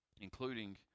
including